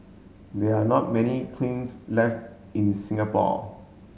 there are not many kilns left in Singapore